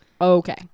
Okay